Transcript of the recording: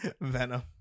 Venom